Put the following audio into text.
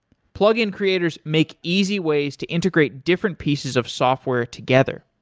plug-in creators make easy ways to integrate different pieces of software together.